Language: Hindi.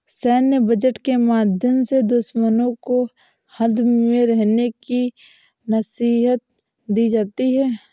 सैन्य बजट के माध्यम से दुश्मनों को हद में रहने की नसीहत दी जाती है